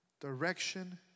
direction